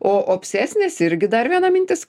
o obsesinės irgi dar viena mintis